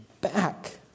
back